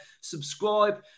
subscribe